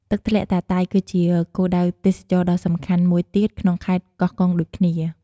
ទឹកធ្លាក់តាតៃ គឺជាគោលដៅទេសចរណ៍ដ៏សំខាន់មួយទៀតក្នុងខេត្តកោះកុងដូចគ្នា។